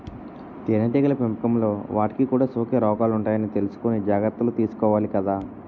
తేనెటీగల పెంపకంలో వాటికి కూడా సోకే రోగాలుంటాయని తెలుసుకుని జాగర్తలు తీసుకోవాలి కదా